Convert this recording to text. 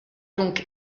donc